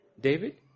David